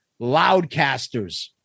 Loudcasters